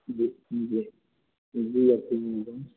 جی جی جی حفیظ بول رہا ہوں